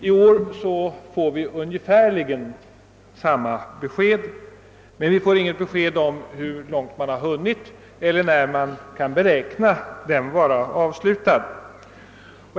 I år får vi ungefär samma besked, men vi får inte veta hur långt man har hunnit eller när översynen beräknas vara avslutad.